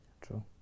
True